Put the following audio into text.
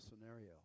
scenario